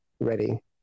ready